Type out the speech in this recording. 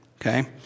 Okay